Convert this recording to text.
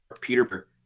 Peter